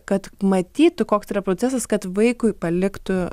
kad matytų koks yra procesas kad vaikui paliktų